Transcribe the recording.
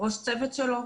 לראש הצוות שלו,